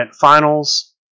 finals